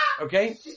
Okay